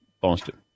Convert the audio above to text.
Boston